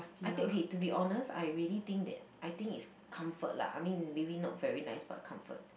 I take okay to be honest I really think that I think it's comfort lah I mean maybe not very nice but comfort